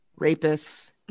Rapists